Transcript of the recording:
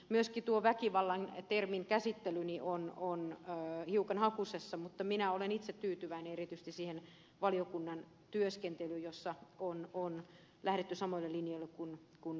myöskin tuo väkivallan termin käsittely on hiukan hakusessa mutta minä olen itse tyytyväinen erityisesti siihen valiokunnan työskentelyyn jossa on lähdetty samoille linjoille kuin esityksessä